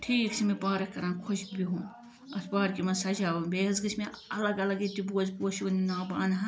ٹھیٖک چھِ مےٚ پارک کَران خۄش بِہُن اَتھ پارکہِ مَنٛز سجاوُن بیٚیہِ حظ چھُ مےٚ الگ الگ ییٚتہِ بہٕ بوزٕ پوشٮ۪ن ہُند ناو بہٕ اَنہا